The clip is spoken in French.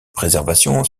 préservation